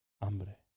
hambre